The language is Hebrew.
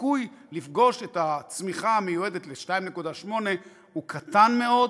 והסיכוי לפגוש את הצמיחה המיועדת ל-2.8 הוא קטן מאוד.